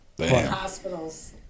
Hospitals